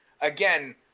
again